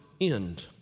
end